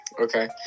okay